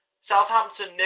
Southampton